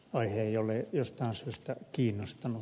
aihe ei ole jostain syystä kiinnostanut